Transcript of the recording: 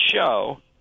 show